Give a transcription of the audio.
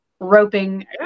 roping